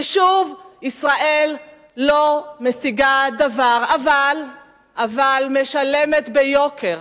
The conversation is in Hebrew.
ושוב ישראל לא משיגה דבר, אבל משלמת ביוקר.